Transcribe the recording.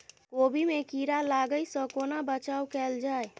कोबी मे कीड़ा लागै सअ कोना बचाऊ कैल जाएँ?